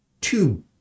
two